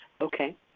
Okay